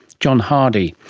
john hardy,